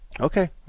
Okay